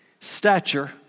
Stature